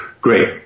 great